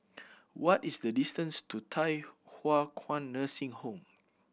what is the distance to Thye Hua Kwan Nursing Home